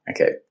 okay